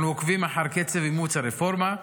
אנחנו עוקבים אחר קצב אימוץ הרפורמה,